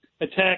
attack